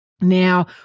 Now